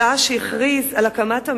שעה שהכריז על הקמת המדינה,